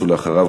ואחריו,